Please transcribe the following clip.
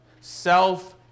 self